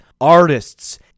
artists